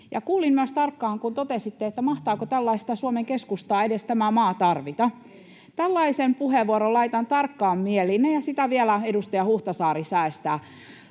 kuulin myös tarkkaan, kun totesitte, että mahtaako tällaista Suomen Keskustaa tämä maa edes tarvita. [Sanna Antikainen: Ei!] Tällaisen puheenvuoron laitan tarkkaan mieleen, ja sitä vielä edustaja Huhtasaari säesti.